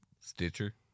stitcher